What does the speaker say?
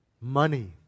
money